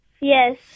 Yes